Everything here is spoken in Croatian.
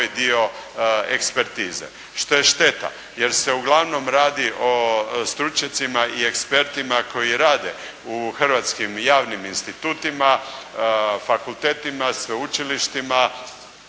što je šteta, jer se uglavnom radi o stručnjacima i ekspertima koji rade u hrvatskim javnim institutima, fakultetima, sveučilištima